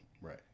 Right